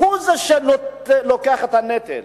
זה שלוקח את הנוטל.